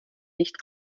nicht